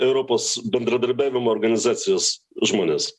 europos bendradarbiavimo organizacijos žmonės